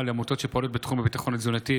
לעמותות שפועלות בתחום הביטחון התזונתי.